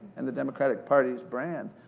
and the democratic party's brand,